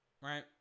right